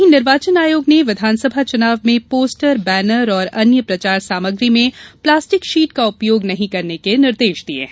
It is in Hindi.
वहीं निर्वाचन आयोग ने विधानसभा चुनाव में पोस्टर बैनर एवं अन्य प्रचार सामग्री में प्लास्टिक शीट का उपयोग नहीं करने के निर्देश दिये हैं